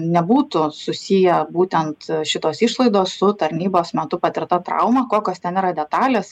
nebūtų susiję būtent šitos išlaidos su tarnybos metu patirta trauma kokios ten yra detalės